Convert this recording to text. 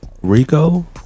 Rico